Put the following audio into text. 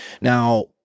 Now